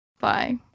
bye